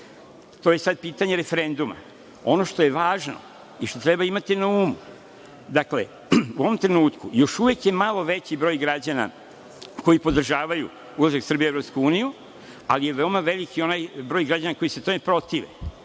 To je sad pitanje referenduma. Ono što je važno i što treba imati na umu, dakle, u ovom trenutku još uvek je malo veći broj građana koji podržavaju ulazak Srbije u Evropsku uniju, ali je veoma veliki onaj broj građana koji se tome protive.